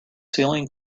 ceiling